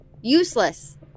useless